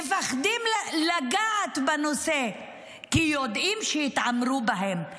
הם מפחדים לגעת בנושא כי יודעים שיתעמרו בהם,